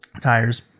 tires